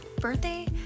birthday